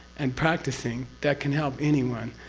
and practicing that can help anyone.